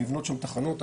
לבנות שם תחנות חדשות.